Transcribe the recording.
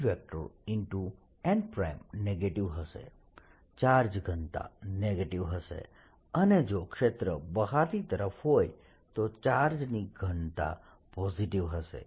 n negative હશે charge ઘનતા negative હશે અને જો ક્ષેત્ર બહારની તરફ હોય તો ચાર્જની ઘનતા પોઝિટીવ હશે